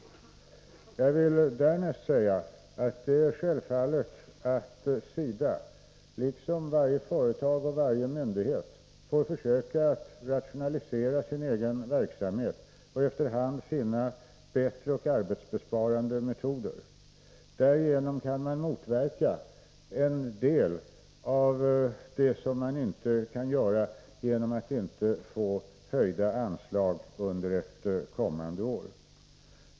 Därnäst vill jag säga att SIDA, liksom varje företag och varje myndighet, självfallet får försöka rationalisera sin verksamhet för att efter hand finna bättre och mer arbetsbesparande metoder. Därigenom kan man när det gäller en del av de åtgärder man vill vidta motverka effekterna av att man under ett kommande år inte får höjda anslag.